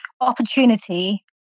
opportunity